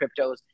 cryptos